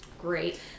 Great